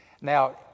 Now